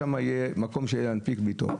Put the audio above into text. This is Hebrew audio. שם יהיה מקום להנפיק בו.